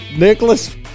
Nicholas